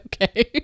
Okay